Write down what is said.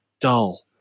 dull